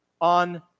on